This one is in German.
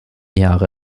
jahre